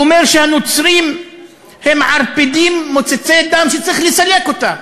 הוא אומר שהנוצרים הם ערפדים מוצצי דם שצריך לסלק אותם.